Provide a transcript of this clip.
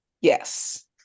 yes